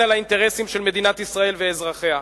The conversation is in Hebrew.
על האינטרסים של מדינת ישראל ואזרחיה.